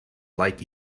like